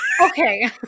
Okay